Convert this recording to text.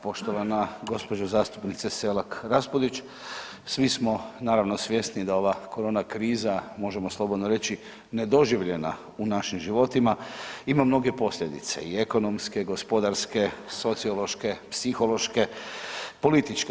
Poštovana gospođo zastupnice Selak Raspudić, svi smo naravno svjesni da ova korona kriza možemo slobodno reći nedoživljena u našim životima ima mnoge posljedice: i ekonomske, gospodarske, sociološke, psihološke, političke.